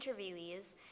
interviewees